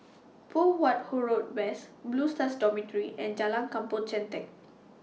Poh Huat Huo Road West Blue Stars Dormitory and Jalan Kampong Chantek